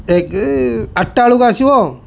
ଏ କି ଆଠଟା ବେଳକୁ ଆସିବ